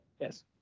Yes